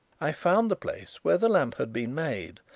i found the place where the lamp had been made,